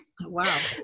Wow